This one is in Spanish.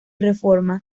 reforma